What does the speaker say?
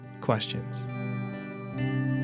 questions